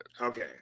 Okay